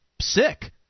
sick